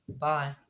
Bye